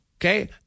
Okay